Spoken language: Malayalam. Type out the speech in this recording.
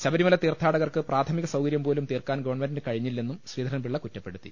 ശബരിമല തീർത്ഥാടകർക്ക് പ്രാഥ മിക സൌകര്യം പോലും തീർക്കാൻ ഗവൺമെന്റിന് കഴിഞ്ഞി ല്ലെന്നും ശ്രീധരൻപിള്ള കുറ്റപ്പെടുത്തി